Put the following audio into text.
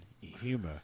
humor